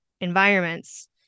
environments